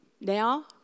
now